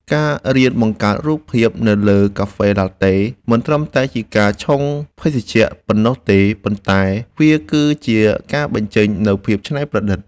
ការរៀនបង្កើតរូបភាពនៅលើកាហ្វេឡាតេមិនត្រឹមតែជាការឆុងភេសជ្ជៈប៉ុណ្ណោះទេ ប៉ុន្តែវាគឺជាការបញ្ចេញនូវភាពច្នៃប្រឌិត។